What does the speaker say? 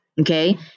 Okay